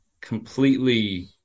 completely